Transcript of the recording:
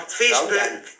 facebook